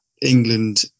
England